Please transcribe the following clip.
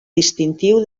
distintiu